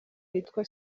yitwa